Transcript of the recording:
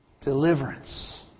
Deliverance